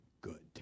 good